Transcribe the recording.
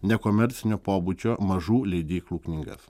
nekomercinio pobūdžio mažų leidyklų knygas